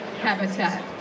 habitat